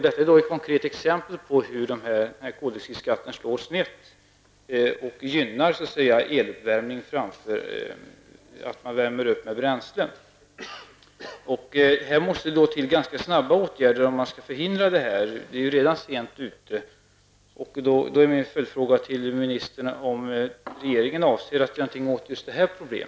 Detta är ett konkret exempel på hur koldioxidskatten slår snett och gynnar eluppvärmning framför bränsleuppvärmning. Här måste snabba åtgärder till om detta skall förhindras. Man är redan sent ute. Min följdfråga till industriministern är om regeringen på kort sikt avser att göra någonting åt just detta problem.